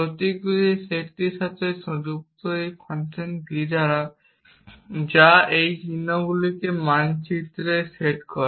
প্রতীকগুলির এই সেটটির সাথে যুক্ত একটি ফাংশন v যা এই চিহ্নগুলিকে মানচিত্রে সেট করে